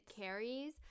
carries